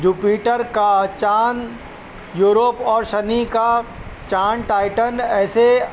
Jupiter کا چاند Europa اور شنی کا چاند ٹائٹن ایسے